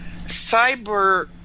cyber